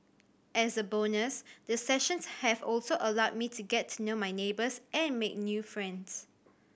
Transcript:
as a bonus the sessions have also allowed me to get to know my neighbours and make new friends